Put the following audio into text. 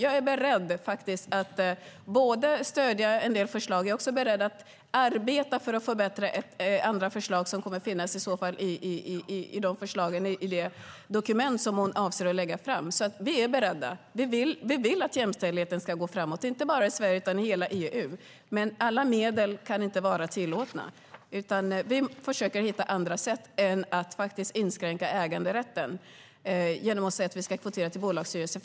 Jag är beredd att både stödja en del förslag och arbeta för att förbättra andra förslag som i så fall kommer att finnas i det dokument som hon avser att lägga fram. Vi är beredda till detta, och vi vill att jämställdheten ska gå framåt inte bara i Sverige utan i hela EU. Alla medel kan dock inte vara tillåtna, utan vi försöker hitta andra sätt än att inskränka äganderätten genom att säga att vi ska kvotera till bolagsstyrelser.